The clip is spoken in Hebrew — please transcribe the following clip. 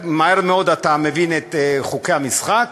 מהר מאוד אתה מבין את חוקי המשחק,